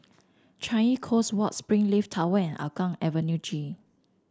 Changi Coast Walk Springleaf Tower and Hougang Avenue G